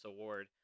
award